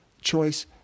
choice